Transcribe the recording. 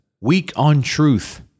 Weak-on-truth